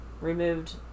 removed